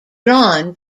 drawn